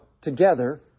together